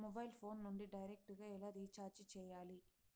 mobile phone నుండి direct గా ఎలా రీచార్జి సేయాలి